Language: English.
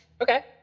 okay